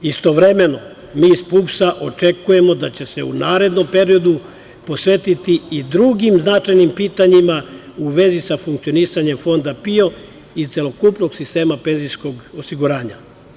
Istovremeno, mi iz PUPS-a očekujemo da će se u narednom periodu posvetiti i drugim značajnim pitanjima u vezi sa funkcionisanjem Fonda PIO i celokupnog sistema penzijskog osiguranja.